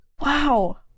Wow